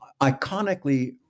iconically